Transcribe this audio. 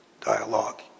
dialogue